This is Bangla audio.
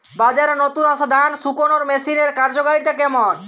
বাজারে নতুন আসা ধান শুকনোর মেশিনের কার্যকারিতা কেমন?